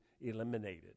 eliminated